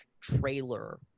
trailer